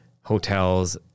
hotels